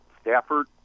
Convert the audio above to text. Stafford